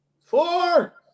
Four